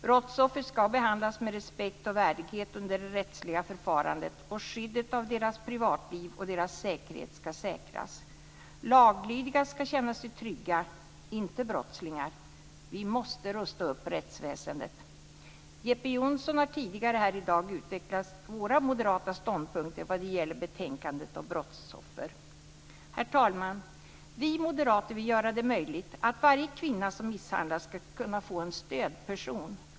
Brottsoffer ska behandlas med respekt och värdighet under det rättsliga förfarandet, och skyddet av deras privatliv och deras säkerhet ska säkras. Laglydiga ska känna sig trygga - inte brottslingar. Vi måste rusta upp rättsväsendet. Jeppe Johnsson har tidigare här i dag utvecklat moderaternas ståndpunkter vad gäller betänkandet om brottsoffer. Herr talman! Vi moderater vill göra det möjligt för varje kvinna som misshandlas att få en stödperson.